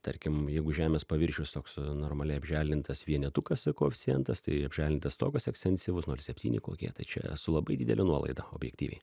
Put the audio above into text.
tarkim jeigu žemės paviršius toks normaliai apželdintas vienetukas koeficientas tai apželintas stogas eksensyvus nol septyni kokie tai čia su labai didele nuolaida objektyviai